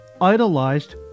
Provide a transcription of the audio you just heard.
idolized